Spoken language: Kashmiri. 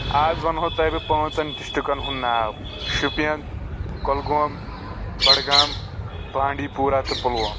آز ونہو بہٕ تۄہہ پٲنٛژن ڈسٹکٹن ہُنٛد ناو شپین کۄلگوم بڈگام بانڈی پورہ تہٕ پُلوم